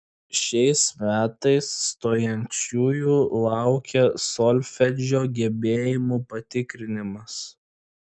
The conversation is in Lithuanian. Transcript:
šiais metais stojančiųjų laukia solfedžio gebėjimų patikrinimas